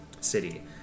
city